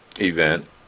event